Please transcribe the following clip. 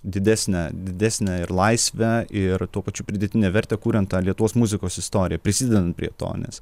didesnę didesnę laisvę ir tuo pačiu pridėtinę vertę kuriant tą lietuvos muzikos istoriją prisidedant prie to nes